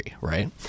right